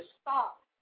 stop